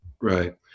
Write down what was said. right